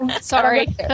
sorry